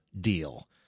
deal